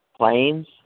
Planes